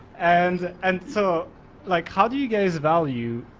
and and so like how do you guys value,